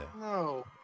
No